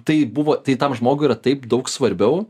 tai buvo tai tam žmogui yra taip daug svarbiau